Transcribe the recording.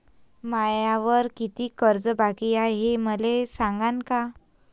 मायावर कितीक कर्ज बाकी हाय, हे मले सांगान का?